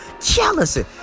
Jealousy